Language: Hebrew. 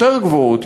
יותר גבוהות,